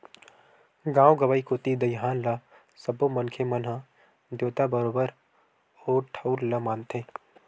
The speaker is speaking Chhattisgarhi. गाँव गंवई कोती दईहान ल सब्बो मनखे मन ह देवता बरोबर ओ ठउर ल मानथे